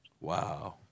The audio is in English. Wow